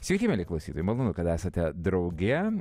sveiki mieli klausytojai malonu kad esate drauge